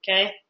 okay